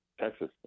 Texas